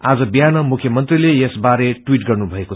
आज बिहान मुख्यमंत्रीले यसबारे टवीट गर्नुभयो